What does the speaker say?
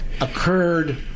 occurred